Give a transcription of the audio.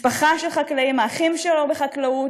משפחה של חקלאים: האחים שלו בחקלאות,